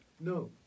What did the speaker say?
No